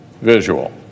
visual